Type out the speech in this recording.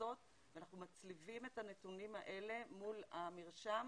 הכנסות ואנחנו מצליבים את הנתונים האלה מול המרשם